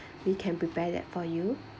we can prepare that for you